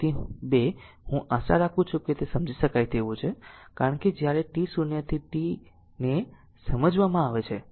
તેથી 2 હું આશા રાખું છું કે તે સમજી શકાય તેવું છે કારણ કે જ્યારે આ t0 થી t ને સમજવામાં આવે છે